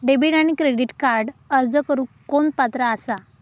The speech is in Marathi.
डेबिट आणि क्रेडिट कार्डक अर्ज करुक कोण पात्र आसा?